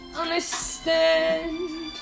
understand